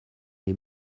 les